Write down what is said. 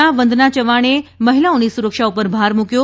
ના વંદના યવાણે મહિલાઓની સુરક્ષા પર ભાર મૂક્યો